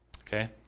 Okay